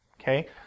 okay